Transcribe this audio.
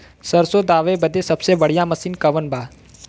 सरसों दावे बदे सबसे बढ़ियां मसिन कवन बा?